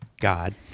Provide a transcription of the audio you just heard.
God